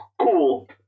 cool